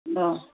ഉണ്ടോ